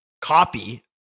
copy